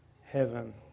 heaven